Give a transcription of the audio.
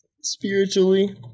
Spiritually